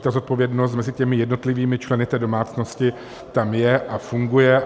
Takže zodpovědnost mezi jednotlivými členy v domácnosti tam je a funguje.